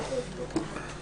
קודם כול,